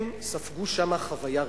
הם ספגו שם חוויה רגשית.